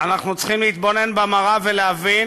אנחנו צריכים להתבונן במראה ולהבין